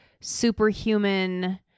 superhuman